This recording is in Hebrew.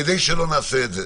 כדי שלא נעשה את זה,